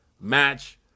match